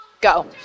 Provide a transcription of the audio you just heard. go